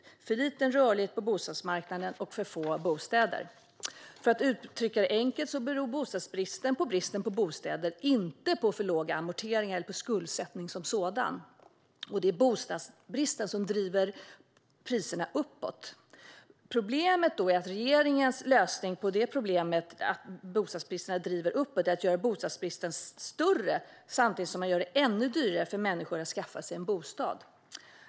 Det är för låg rörlighet på bostadsmarknaden och för få bostäder. För att uttrycka det enkelt beror bostadsbristen på bristen på bostäder, inte på för låga amorteringar eller på skuldsättningen som sådan. Och det är bostadsbristen som driver priserna uppåt. Problemet är att regeringens lösning på detta bekymmer - att bostadsbristen driver priserna uppåt - är att göra bostadsbristen större samtidigt som man gör det ännu dyrare för människor att skaffa sig en bostad.